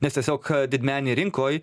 nes tiesiog didmeninėj rinkoj